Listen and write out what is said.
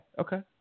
Okay